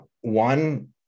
One